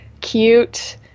cute